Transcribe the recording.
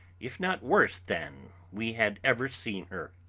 if not worse than, we had ever seen her.